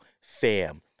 fam